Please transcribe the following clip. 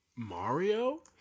Mario